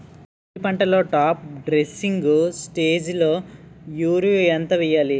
వరి పంటలో top dressing స్టేజిలో యూరియా ఎంత వెయ్యాలి?